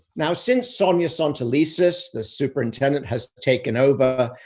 now, since sonja santelises, the superintendent has taken over,